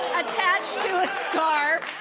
attached to a scarf.